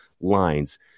lines